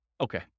Okay